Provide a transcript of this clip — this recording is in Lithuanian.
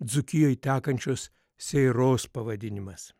dzūkijoj tekančios seiros pavadinimas